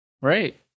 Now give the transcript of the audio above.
right